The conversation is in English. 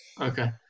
Okay